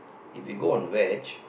if you go on veg